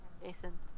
Jason